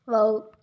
wow